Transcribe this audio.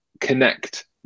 connect